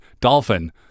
dolphin